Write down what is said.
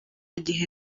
gihe